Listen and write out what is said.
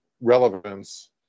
relevance